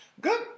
Good